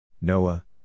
Noah